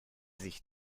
sich